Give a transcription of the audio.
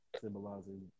symbolizing